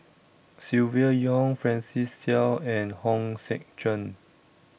Silvia Yong Francis Seow and Hong Sek Chern